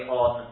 on